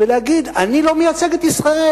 ולהגיד: אני לא מייצג את ישראל,